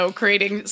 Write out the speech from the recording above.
creating